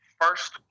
First